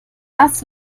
das